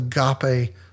Agape